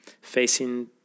facing